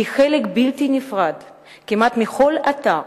היא חלק בלתי נפרד כמעט מכל אתר